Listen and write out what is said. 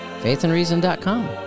Faithandreason.com